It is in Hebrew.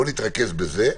בואו נתרכז בזה,